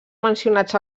mencionats